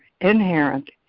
inherent